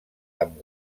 amb